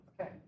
Okay